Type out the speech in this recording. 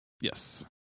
Yes